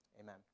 amen